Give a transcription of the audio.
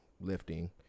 lifting